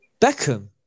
Beckham